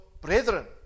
brethren